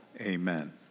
Amen